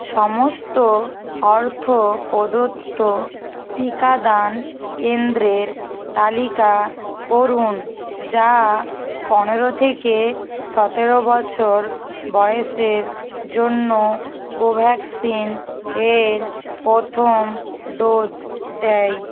সমস্ত অর্থ প্রদত্ত টিকাদান কেন্দ্রের তালিকা করুন যা পনেরো থেকে সতেরো বছর বয়সের জন্য কোভ্যাক্সিন এর প্রথম ডোজ দেয়